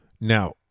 Now